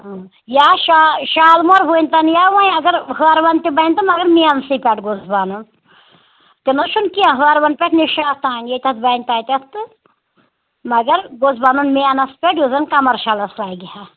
اۭں یا شا شالمور ؤنۍتَن یا وۄنۍ اگر ہٲروَن تہِ بَنہِ تہٕ مَگر مینسٕے پٮ۪ٹھ گوٚژھ بَنُن تہِ نہٕ حظ چھُنہٕ کیٚنٛہہ ہٲروَن پٮ۪ٹھ نِشاط تانۍ ییٚتٮ۪تھ بَنہِ تَتٮ۪تھ تہٕ مگر گوٚژھ بَنُن مینَس پٮ۪ٹھ یُس زَن کَمَرشَلَس لَگہِ ہہ